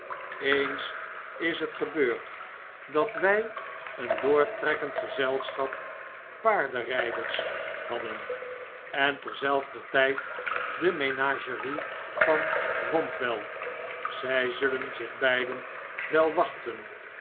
eens is het gebeurd dat wrj een doortrekkend gezelschap paardryders hadden en terzelfder tyd de menagerie van wombwell zij zullen zieh beiden wel wachten